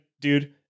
dude